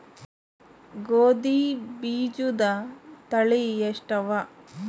ಗೋಧಿ ಬೀಜುದ ತಳಿ ಎಷ್ಟವ?